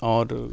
और